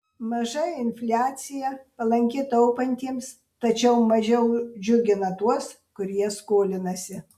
maža infliacija palanki taupantiems tačiau mažiau džiugina tuos kurie skolinasi